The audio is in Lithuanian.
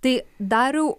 tai dariau